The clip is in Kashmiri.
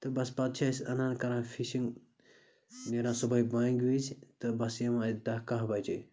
تہٕ بَس پَتہٕ چھِ أسۍ اَنان کَران فِشِنٛگ نیران صُبحٲے بانٛگہِ وِزِ تہٕ بَس یِوان دَہ کَہہ بَجے